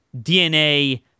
DNA